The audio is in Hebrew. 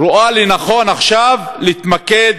רואה לנכון עכשיו להתמקד